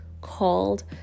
called